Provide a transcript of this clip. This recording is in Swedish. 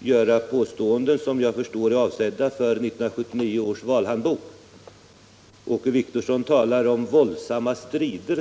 göra påståenden som jag förstår Åke Wictorsson talar om våldsamma strider.